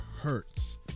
hurts